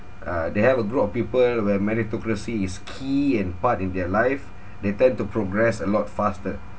uh they have a group of people where meritocracy is key in part in their life they tend to progress a lot faster